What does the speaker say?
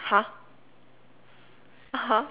!huh! (uh huh)